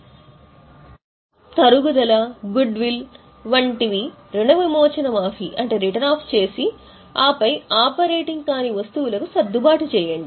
కాబట్టి తరుగుదల goodwill చేసి ఆపై ఆపరేటింగ్ కాని వస్తువులకు సర్దుబాటు చేయండి